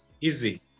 Easy